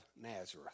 Nazareth